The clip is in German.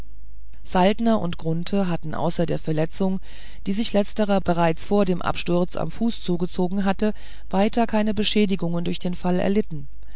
saltner und grunthe hatten außer der verletzung die sich letzterer bereits vor dem absturz am fuß zugezogen hatte weiter keine beschädigungen durch den fall erlitten